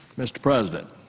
mr. president,